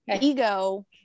ego